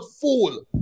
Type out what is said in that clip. fool